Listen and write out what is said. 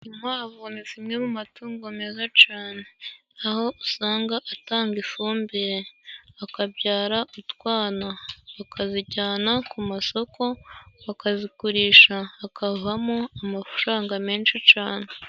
Inkwavu ni zimwe mu matungo meza cane, aho usanga atanga ifumbire, akabyara utwana, tukazijyana ku masoko tukazigurisha, hakavamo amafaranga menshi cane.